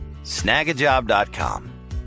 Snagajob.com